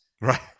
Right